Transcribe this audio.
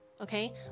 okay